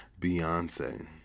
Beyonce